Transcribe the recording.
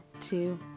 two